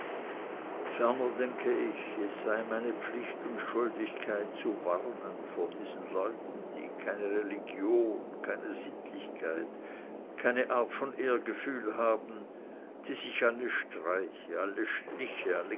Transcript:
ferner denke ich es sei meine pflicht und schuldigkeit zu warnen vor diesen leuten die keine religion keine sittlichkeit keine art von ehrgefühl haben die sich alle streiche alle schliche